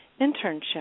internship